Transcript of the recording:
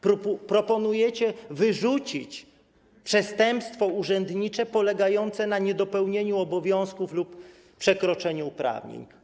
Proponujecie wyrzucić przestępstwo urzędnicze polegające na niedopełnieniu obowiązków lub przekroczeniu uprawnień.